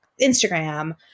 Instagram